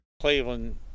Cleveland